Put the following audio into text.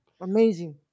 Amazing